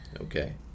Okay